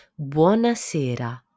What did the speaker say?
Buonasera